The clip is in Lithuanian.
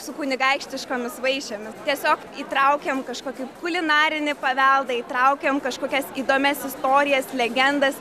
su kunigaikštiškomis vaišėmis tiesiog įtraukiam kažkokį kulinarinį paveldą įtraukiam kažkokias įdomias istorijas legendas